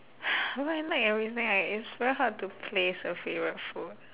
but I like everything like it's very hard to place a favourite food